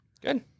Good